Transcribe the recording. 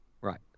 Right